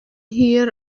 hir